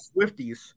swifties